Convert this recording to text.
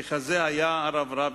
כי כזה היה הרב רביץ,